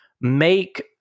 make